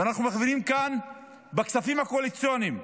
ואנחנו מכווינים כאן בכספים הקואליציוניים.